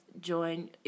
join